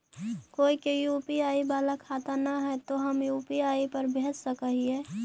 कोय के यु.पी.आई बाला खाता न है तो हम यु.पी.आई पर भेज सक ही?